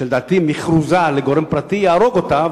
שלדעתי מכרוזה לגורם פרטי יהרוג אותה.